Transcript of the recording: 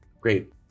Great